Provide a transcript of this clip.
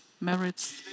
merits